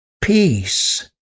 peace